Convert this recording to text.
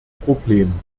problem